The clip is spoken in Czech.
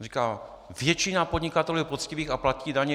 Říkal: Většina podnikatelů je poctivých a platí daně.